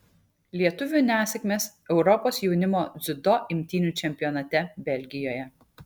lietuvių nesėkmės europos jaunimo dziudo imtynių čempionate belgijoje